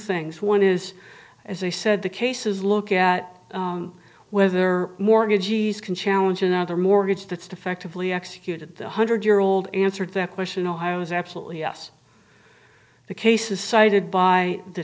things one is as i said the case is look at whether mortgagees can challenge another mortgage that's defectively executed one hundred year old answered that question ohio is absolutely yes the cases cited by the